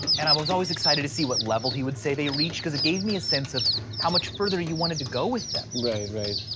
and i was always excited to see what level he would say they reach because it gave me a sense of how much further you wanted to go with them. right, right.